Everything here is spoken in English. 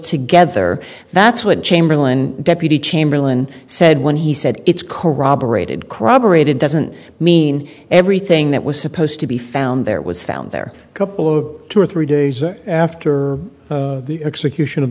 together that's what chamberlain deputy chamberlain said when he said it's corroborated corroborated doesn't mean everything that was supposed to be found there was found there couple of two or three days after the execution of